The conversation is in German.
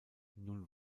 nun